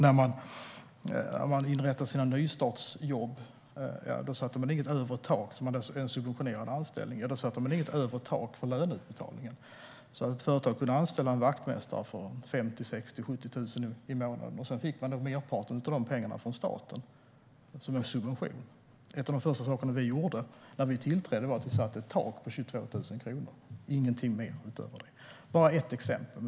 När man inrättade nystartsjobben, som är en subventionerad anställning, satte man inte något övre tak för löneutbetalningen. Ett företag kunde anställa en vaktmästare för 50 000-70 000 i månaden, och så fick man merparten av pengarna från staten som en subvention. En av de första saker vi gjorde när vi tillträdde var att sätta ett tak på 22 000 kronor. Det fick inte vara någonting utöver det. Detta var bara ett exempel.